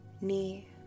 knee